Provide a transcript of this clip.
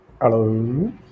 Hello